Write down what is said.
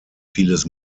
vieles